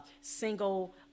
single